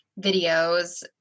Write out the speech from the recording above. videos